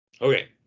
Okay